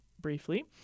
briefly